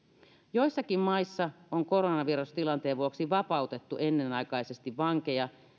joissakin maissa on koronavirustilanteen vuoksi vapautettu vankeja ennenaikaisesti